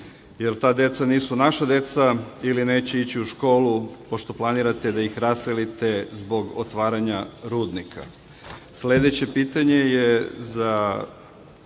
Jel ta deca nisu naša deca ili neće ići u školu, pošto planirate da ih raselite zbog otvaranja rudnika? Sledeće pitanje je za